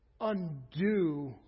undo